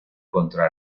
contra